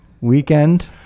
weekend